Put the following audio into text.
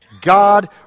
God